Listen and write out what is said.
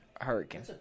Hurricane